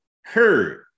heard